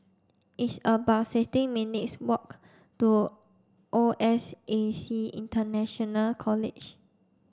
it's about sixteen minutes' walk to O S A C International College